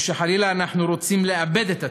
או שחלילה שאנחנו רוצים לאבד את הצפון?